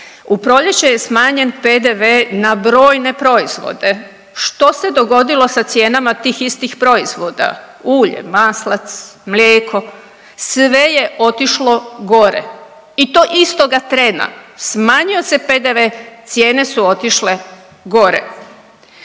U proljeće je smanjen PDV na brojne proizvode. Što se dogodilo sa cijenama tih istih proizvoda, ulje, maslac, mlijeko? Sve je otišlo gore i to istoga trena, smanjio se PDV, cijene su otišle gore.